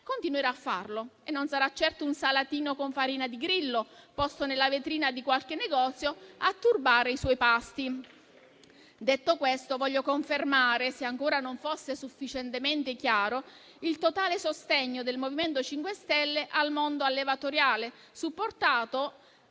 continuerà a farlo e non sarà certo un salatino con farina di grillo posto nella vetrina di qualche negozio a turbare i suoi pasti. Detto questo voglio confermare, se ancora non fosse sufficientemente chiaro, il totale sostegno del MoVimento 5 Stelle al mondo allevatoriale